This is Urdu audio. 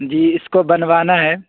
جی اس کو بنوانا ہے